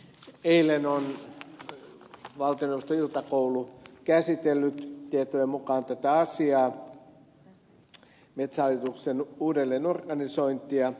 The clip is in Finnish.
eilen on valtioneuvoston iltakoulu käsitellyt tietojeni mukaan tätä asiaa metsähallituksen uudelleenorganisointia